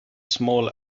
small